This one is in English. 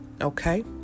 Okay